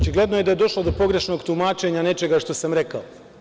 Očigledno je da je došlo do pogrešnog tumačenja nečega što sam rekao.